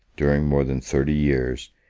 during more than thirty years,